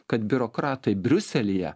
kad biurokratai briuselyje